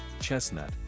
chestnut